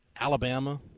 Alabama